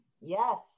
Yes